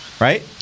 Right